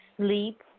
sleep